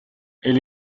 elle